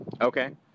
Okay